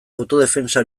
autodefentsa